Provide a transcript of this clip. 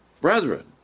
Brethren